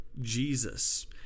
Jesus